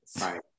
Right